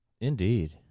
Indeed